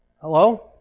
Hello